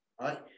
right